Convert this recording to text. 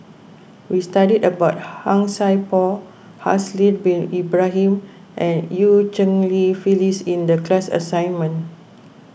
we studied about Han Sai Por Haslir Bin Ibrahim and Eu Cheng Li Phyllis in the class assignment